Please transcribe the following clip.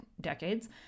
decades